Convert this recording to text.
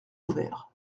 ouvert